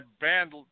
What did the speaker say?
banned